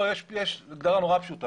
יש הגדרה נורא פשוטה,